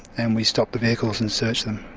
and we stop the vehicles and search them.